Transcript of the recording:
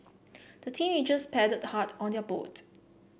the teenagers paddled hard on their boat